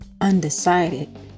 undecided